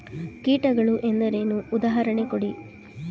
ಕೀಟಗಳು ಎಂದರೇನು? ಉದಾಹರಣೆ ಕೊಡಿ?